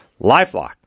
LifeLock